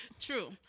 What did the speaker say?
True